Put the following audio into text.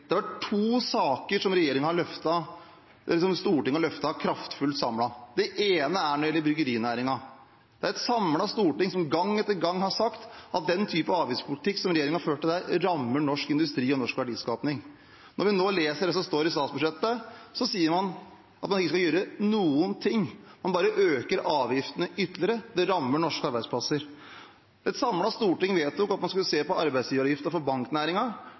Det har vært to saker som et samlet storting har løftet kraftfullt. Den ene gjelder bryggerinæringen. Et samlet storting har gang etter gang sagt at den typen avgiftspolitikk som regjeringen førte der, rammer norsk industri og norsk verdiskaping. Når vi nå leser det som står i statsbudsjettet, sier man at man ikke skal gjøre noen ting, man bare øker avgiftene ytterligere. Det rammer norske arbeidsplasser. For det andre vedtok et samlet storting at man skulle se på arbeidsgiveravgiften for